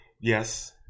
Yes